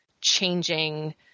changing